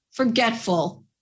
Forgetful